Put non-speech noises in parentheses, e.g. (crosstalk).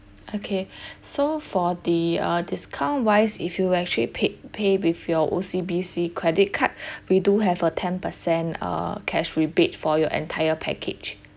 okay (breath) so for the uh discount wise if you actually paid pay with your O_C_B_C credit card (breath) we do have a ten percent err cash rebate for your entire package